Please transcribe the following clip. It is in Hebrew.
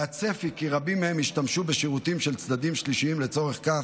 והצפי הוא כי רבים מהם ישתמשו בשירותים של צדדים שלישיים לצורך זה,